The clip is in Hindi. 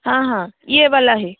हाँ हाँ ये वाला है